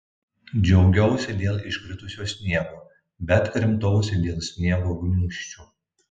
džiaugiausi dėl iškritusio sniego bet krimtausi dėl sniego gniūžčių